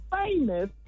famous